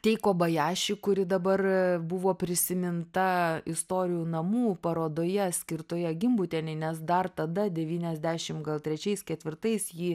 teiko baješi kuri dabar buvo prisiminta istorijų namų parodoje skirtoje gimbutienei nes dar tada devyniasdešim gal trečiais ketvirtais ji